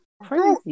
Crazy